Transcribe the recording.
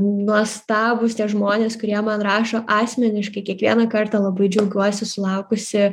nuostabūs tie žmonės kurie man rašo asmeniškai kiekvieną kartą labai džiaugiuosi sulaukusi